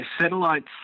satellites